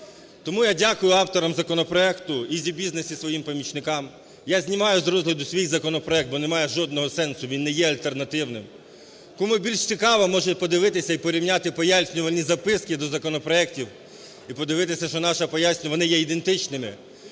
Тому я дякую авторам законопроекту, EasyBusiness і своїм помічникам. Я знімаю з розгляду свій законопроект, бо немає жодного сенсу, він не є альтернативним. Кому більш цікаво, може подивитися і порівняти пояснювальні записки до законопроектів, і подивитися, що наша пояснювальна, вони є ідентичними.